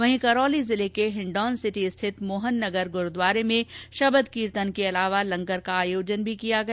वहीं करौली जिले के हिंडौन सिटी स्थित मोहन नगर गुरूद्वारे में शबद कीर्तन के अलावा लंगर का आयोजन भी किया गया